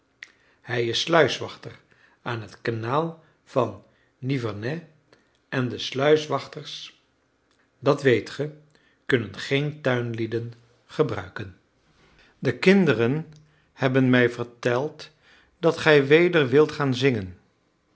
hij is sluiswachter aan het kanaal van nivernais en de sluiswachters dat weet ge kunnen geen tuinlieden gebruiken de kinderen hebben mij verteld dat gij weder wilt gaan zingen